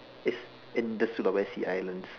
it's in the sulawesi islands